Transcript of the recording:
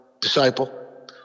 disciple